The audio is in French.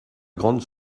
grande